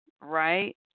right